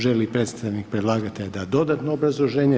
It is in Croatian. Želi li predstavnik predlagatelja dati dodatno obrazloženje?